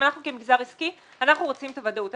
אנחנו כמגזר עסקי רוצים את הוודאות.